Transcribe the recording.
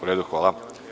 U redu, hvala.